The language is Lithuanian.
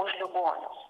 už ligonius